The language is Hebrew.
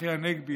צחי הנגבי,